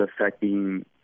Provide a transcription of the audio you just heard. affecting